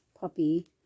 puppy